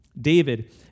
David